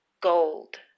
gold